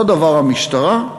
אותו דבר המשטרה.